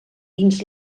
dins